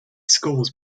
schools